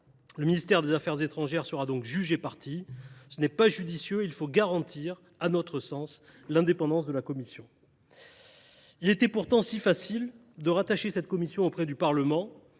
Le ministre des affaires étrangères serait donc juge et partie ; ce n’est pas judicieux, car il faut garantir l’indépendance de la commission. Il était pourtant si facile de rattacher cette commission au Parlement,